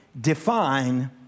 define